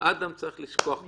אדם קרן צריך לשכוח מזה.